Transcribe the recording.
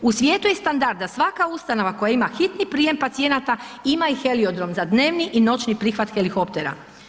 U svijetu je standard da svaka ustanova koja ima hitni prijem pacijenata ima i heliodrom za dnevni i noćni prihvat helikoptera.